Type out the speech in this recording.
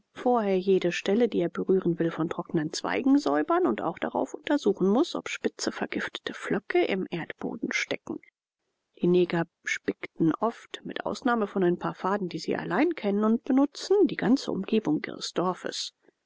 vorher jede stelle die er berühren will von trocknen zweigen säubern und auch daraufhin untersuchen muß ob spitze vergiftete pflöcke im erdboden stecken die neger spicken oft mit ausnahme von ein paar pfaden die sie allein kennen und benutzen die ganze umgebung ihres dorfes